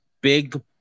Big